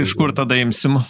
iš kur tada imsim